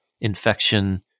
infection